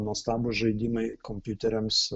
nuostabūs žaidimai kompiuteriams